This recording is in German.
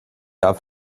jahr